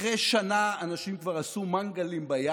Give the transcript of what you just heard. אחרי שנה, אנשים כבר עשו מנגלים בים.